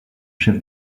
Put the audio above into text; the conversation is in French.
chef